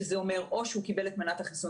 שזה אומר: או שהוא קיבל את מנת החיסון